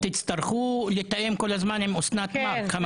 תצטרכו לתאם כל הזמן עם אסנת מארק.